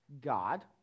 God